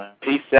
peace